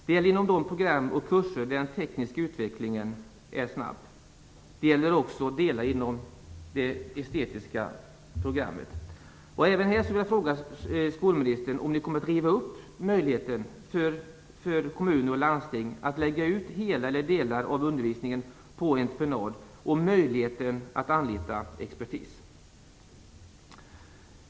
Det gäller inom de program och kurser där den tekniska utvecklingen är snabb. Det gäller också delar av det estetiska programmet. Socialdemokraterna kommer att riva upp möjligheten för kommuner och landsting att lägga ut hela eller delar av undervisningen på entreprenad och möjligheten att anlita expertis.